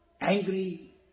angry